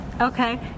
Okay